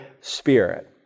spirit